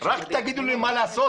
רק תגידו לי מה לעשות.